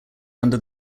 under